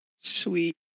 Sweet